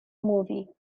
movie